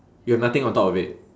you have nothing on top of it